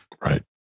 Right